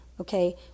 Okay